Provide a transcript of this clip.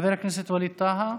חבר הכנסת ווליד טאהא,